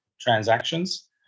transactions